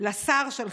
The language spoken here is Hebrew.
לשר שלך,